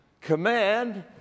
command